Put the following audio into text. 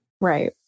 Right